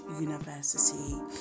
university